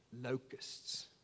locusts